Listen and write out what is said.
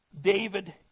David